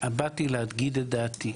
באתי להגיד את דעתי.